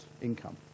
income